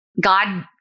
God